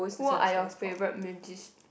who are your favourite mujic~